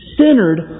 centered